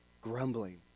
Grumbling